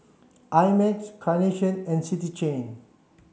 I Max Carnation and City Chain